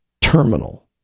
terminal